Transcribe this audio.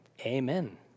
amen